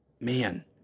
Man